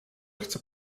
chce